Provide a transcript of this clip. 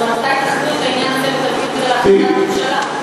אז מתי תכריעו בעניין הזה ותביאו את זה להחלטת ממשלה?